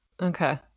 Okay